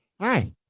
Hi